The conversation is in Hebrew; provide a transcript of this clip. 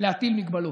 להטיל מגבלות.